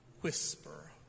whisper